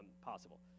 possible